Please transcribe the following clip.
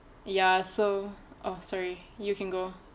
ya so oh sorry you can go